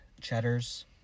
Cheddar's